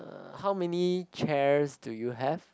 uh how many chairs do you have